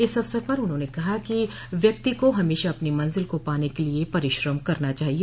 इस अवसर पर उन्होंने कहा कि व्यक्ति को हमेशा अपनी मंजिल को पाने के लिए परिश्रम करना चाहिए